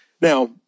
Now